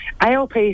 ALP